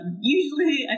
usually